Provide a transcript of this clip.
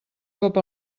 cop